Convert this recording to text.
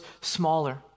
smaller